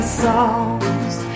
songs